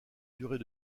durée